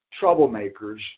troublemakers